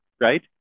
right